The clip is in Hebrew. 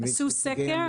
אני מבין שנציגם נמצא.